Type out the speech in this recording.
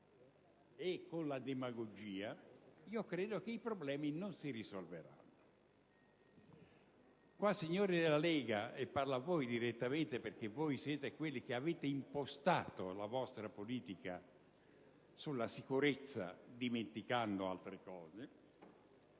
e con la demagogia, io credo che i problemi non si risolveranno. Signori della Lega Nord - e parlo a voi direttamente perché voi avete impostato la vostra politica sulla sicurezza, dimenticando altre